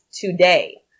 today